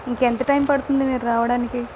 ఇంకా ఎంత టైం పడుతుంది మీరు రావడానికి